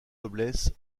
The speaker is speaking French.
noblesse